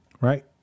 Right